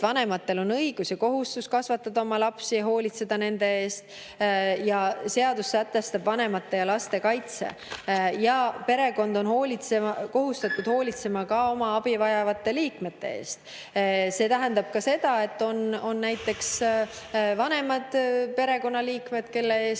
vanematel on õigus ja kohustus kasvatada oma lapsi ja hoolitseda nende eest, see, et seadus sätestab vanemate ja laste kaitse, ja see, et perekond on kohustatud hoolitsema oma abivajavate liikmete eest. See tähendab ka seda, et kui on näiteks vanemad perekonnaliikmed, siis nende eest